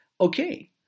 Okay